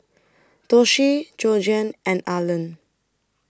Doshie Georgiann and Arland